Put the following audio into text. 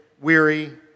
weary